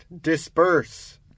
Disperse